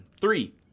Three